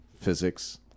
physics